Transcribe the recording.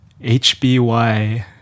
HBY